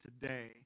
today